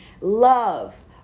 love